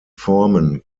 formen